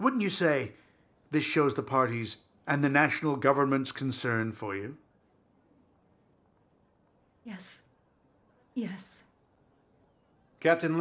when you say this shows the parties and the national governments concern for you yes yes captain